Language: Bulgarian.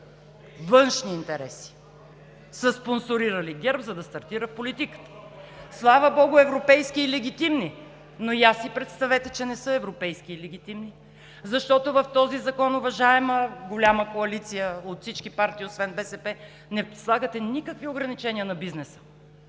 Външни интереси са спонсорирали ГЕРБ, за да стартира в политиката. Слава Богу, европейски и легитимни, но я си представете, че не са европейски и легитимни?! Защото в този закон, уважаема голяма коалиция от всички партии освен БСП, не слагате никакви ограничения на бизнеса